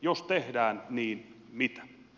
jos tehdään niin mitä